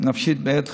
הנפשית בעת חירום.